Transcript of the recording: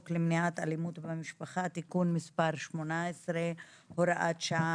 למניעת אלימות במשפחה (תיקון מספר 18 הוראת שעה),